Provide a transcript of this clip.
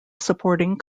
supporting